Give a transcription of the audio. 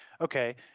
okay